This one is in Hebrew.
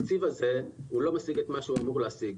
התקציב הזה לא משיג את מה שהוא אמור להשיג.